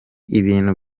ibintu